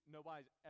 Nobody's